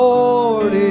Lord